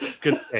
Good